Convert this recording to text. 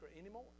anymore